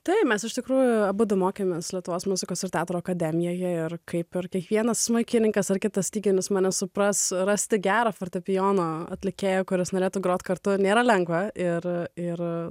tai mes iš tikrųjų abudu mokėmės lietuvos muzikos ir teatro akademijoje ir kaip ir kiekvienas smuikininkas ar kitas styginis mane supras rasti gerą fortepijono atlikėją kuris norėtų groti kartu nėra lengva ir ir